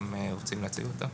אתם רוצים להציג אותה?